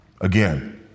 again